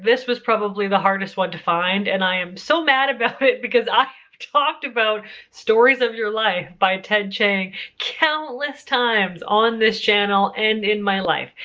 was probably the hardest one to find and i am so mad about it because i have talked about stories of your life by ted chiang countless times on this channel and in my life.